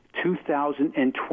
2020